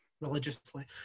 religiously